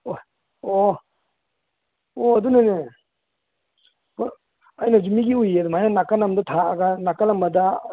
ꯑꯣ ꯑꯣ ꯑꯣ ꯑꯗꯨꯅꯅꯦ ꯑꯩꯅꯁꯨ ꯃꯤꯒꯤ ꯎꯏ ꯑꯗꯨꯃꯥꯏꯅ ꯅꯥꯀꯟ ꯑꯃꯗ ꯊꯥꯔꯒ ꯅꯥꯀꯟ ꯑꯃꯗ